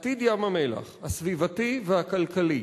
עתיד ים-המלח, הסביבתי והכלכלי,